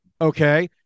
Okay